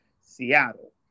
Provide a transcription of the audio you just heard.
Seattle